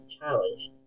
challenge